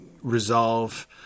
resolve